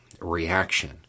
reaction